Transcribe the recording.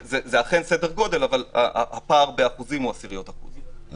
זה אכן סדר גודל, אבל הפער באחוזים הוא